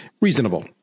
reasonable